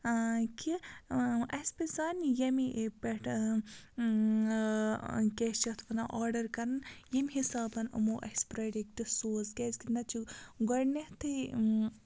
کہِ اَسہِ پَزِ سانہِ ییٚمہِ پٮ۪ٹھ کیٛاہ چھِ اَتھ وَنان آرڈَر کَرُن ییٚمہِ حِسابَن یِمو اَسہِ پرٛوڈَٮ۪کٹ سوز کیٛازکہِ نَتہٕ چھُ گۄڈنیٚتھٕے